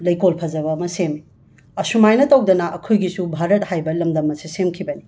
ꯂꯩꯀꯣꯜ ꯐꯖꯕ ꯑꯃ ꯁꯦꯝꯃꯤ ꯑꯁꯨꯃꯥꯏꯅ ꯇꯧꯗꯅ ꯑꯈꯣꯏꯒꯤꯁꯨ ꯚꯥꯔꯠ ꯍꯥꯏꯕ ꯂꯝꯗꯝ ꯑꯁꯤ ꯁꯦꯝꯈꯤꯕꯅꯤ